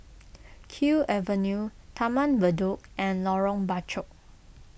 Kew Avenue Taman Bedok and Lorong Bachok